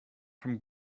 from